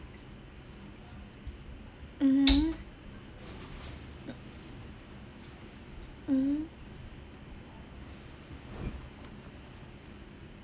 mmhmm m~ mmhmm